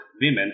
Women